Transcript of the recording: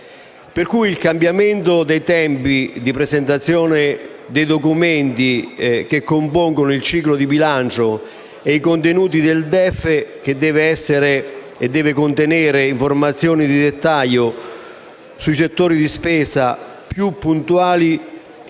Il cambiamento dei tempi di presentazione dei documenti che compongono il ciclo di bilancio e i contenuti del DEF, che devono essere informazioni di dettaglio, le più puntuali